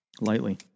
Lightly